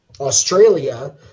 Australia